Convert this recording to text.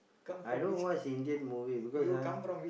I don't watch Indian movie because ah